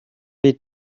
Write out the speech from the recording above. wie